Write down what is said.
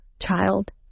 child